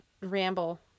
ramble